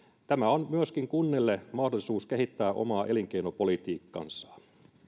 tämä on myöskin kunnille mahdollisuus kehittää omaa elinkeinopolitiikkaansa